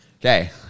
Okay